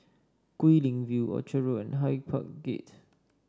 Guilin View Orchard Road and Hyde Park Gate